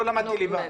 לא למדתי ליבה.